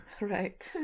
Right